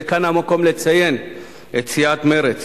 וכאן המקום לציין את סיעת מרצ